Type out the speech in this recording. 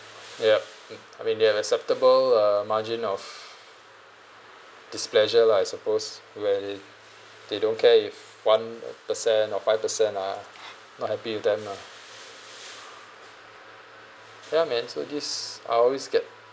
yup I mean they have acceptable uh margin of displeasure lah I suppose where they they don't care if one uh percent or five percent ah not happy with them lah ya mean so this I always get